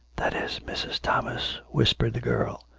that is mrs. thomas, whisrpered the girl.